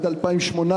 דהיינו,